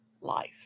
life